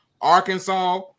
Arkansas